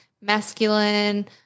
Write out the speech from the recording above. masculine